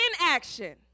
inaction